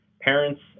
parents